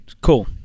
cool